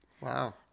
Wow